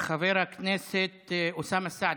חבר הכנסת אוסאמה סעדי.